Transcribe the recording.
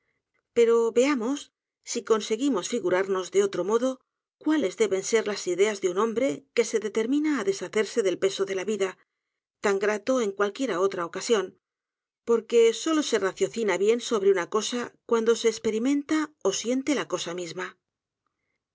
pero veamos si conseguimos figurarnos de otro modo cuáles deben ser las ideas de un hombre que se determina á deshacerse del peso de la vida tan grato en cualquiera otra ocasión porque solo se raciocina bien sobre una cosa cuando se esperimenta ó siente la cosa misma